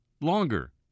longer